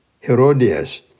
Herodias